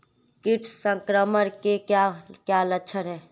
कीट संक्रमण के क्या क्या लक्षण हैं?